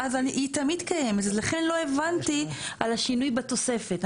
אז לכן לא הבנתי על השינוי בתוספת.